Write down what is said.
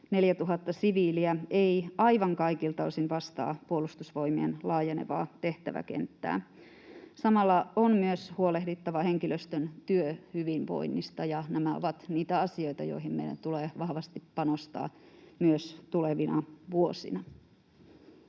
4 000 siviiliä, ei aivan kaikilta osin vastaa Puolustusvoimien laajenevaa tehtäväkenttää. Samalla on myös huolehdittava henkilöstön työhyvinvoinnista. Nämä ovat niitä asioita, joihin meidän tulee vahvasti panostaa myös tulevina vuosina.